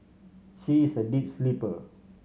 she is a deep sleeper